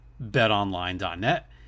betonline.net